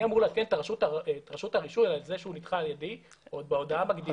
אני אמור לומר לרשות הרישוי שהוא נדחה על ידי עוד בהודעה מקדימה.